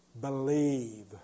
believe